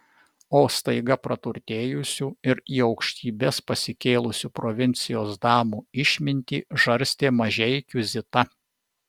o staiga praturtėjusių ir į aukštybes pasikėlusių provincijos damų išmintį žarstė mažeikių zita